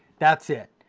that's it.